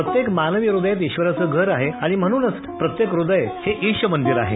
प्रत्येक मानवी हृदय ईश्वराचं घर आहे आणि म्हणूनच प्रत्येक हृदय हे ईश मंदिर आहे